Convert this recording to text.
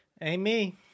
Amy